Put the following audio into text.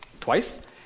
twice